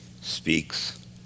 speaks